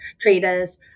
traders